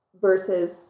versus